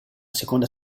seconda